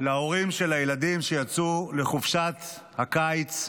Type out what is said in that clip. להורים של הילדים שיצאו לחופשת הקיץ,